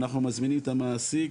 אנחנו מזמינים את המעסיק